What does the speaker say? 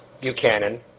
Buchanan